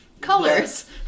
colors